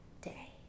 day